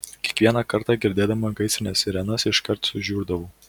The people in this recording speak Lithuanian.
kiekvieną kartą girdėdama gaisrinės sirenas iškart sužiurdavau